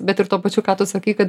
bet ir tuo pačiu ką tu sakai kad